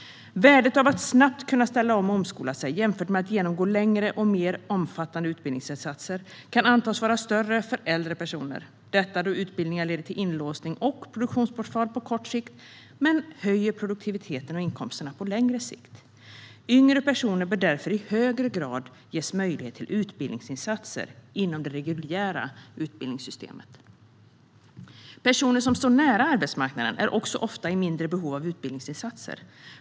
Värdet av att snabbt kunna ställa om och omskola sig, jämfört med att genomgå längre och mer omfattande utbildningsinsatser, kan antas vara större för äldre personer. Detta gäller eftersom utbildningar leder till inlåsning och produktionsbortfall på kort sikt men höjer produktiviteten och inkomsterna på längre sikt. Yngre personer bör därför i högre grad ges möjlighet till utbildningsinsatser inom det reguljära utbildningssystemet. Personer som står nära arbetsmarknaden är också ofta i mindre behov av utbildningsinsatser.